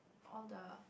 all the